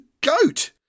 goat